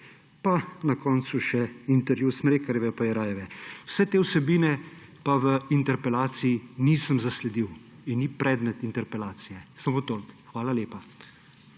pa na koncu še intervju Smrekarjeve in Jerajeve. Vseh teh vsebin pa v interpelaciji nisem zasledil in niso predmet interpelacije. Samo toliko. Hvala lepa.